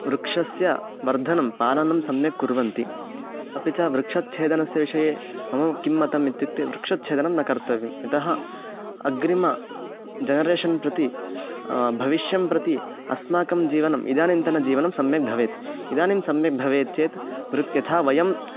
वृक्षस्य वर्धनं पालनं सम्यक् कुर्वन्ति अपि च वृक्षच्छेदनस्य विषये मम किं मतम् इत्युक्ते वृक्षच्छेदनं न कर्तव्यं यतः अग्रिमं जनरेशन् प्रति भविष्यं प्रति अस्माकं जीवनम् इदानीन्तनं जीवनं सम्यक् भवेत् इदानीं सम्यक् भवेत् चेत् वृक् यथा वयम्